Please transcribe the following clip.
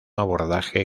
abordaje